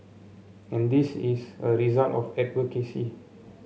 and this is a result of advocacy